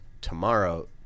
tomorrow